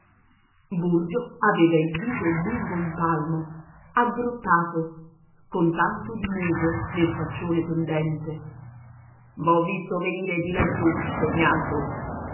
burgio aveva il viso lungo un palmo aggrottato con tanto di muso nel faccione pendente v'ho visto venire di laggiù cognato